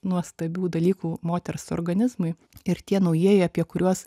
nuostabių dalykų moters organizmui ir tie naujieji apie kuriuos